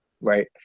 right